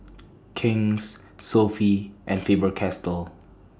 King's Sofy and Faber Castell